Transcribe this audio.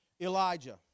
Elijah